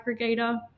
aggregator